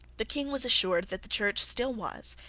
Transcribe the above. the king was assured that the church still was,